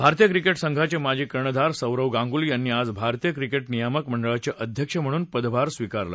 भारतीय क्रिकेट संघाचे माजी कर्णधार सौरव गांगुली यांन आज भारतीय क्रिकेट नियामक मंडळाचे अध्यक्ष म्हणून पदभार स्वीकारला